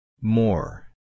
More